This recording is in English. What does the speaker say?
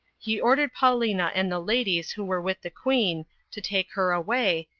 he ordered paulina and the ladies who were with the queen to take her away,